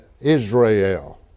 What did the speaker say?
Israel